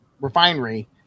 refinery